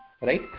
right